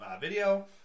video